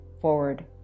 forward